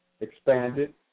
expanded